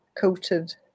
coated